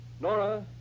Nora